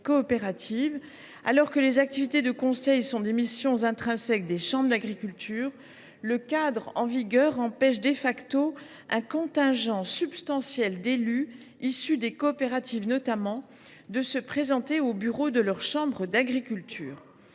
coopératives, alors que les activités de conseil sont des missions intrinsèques des chambres d’agriculture, le cadre en vigueur empêche un contingent substantiel d’élus, issus des coopératives notamment, de se présenter au bureau de leur chambre d’agriculture.